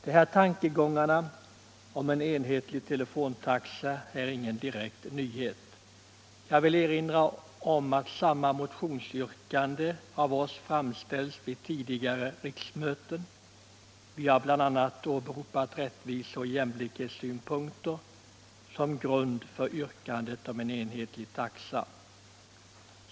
De här tankegångarna om en enhetlig telefontaxa är ingen direkt nyhet. Jag vill erinra om att samma motionsyrkande av oss har framställts vid tidigare riksmöten. Vi har bl.a. åberopat rättviseoch jämlikhetssynpunkter som grund för yrkanden om en enhetlig taxa.